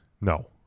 No